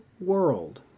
world